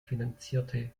finanzierte